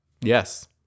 yes